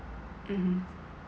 mm